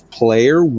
player